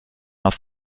auf